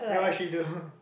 then what she do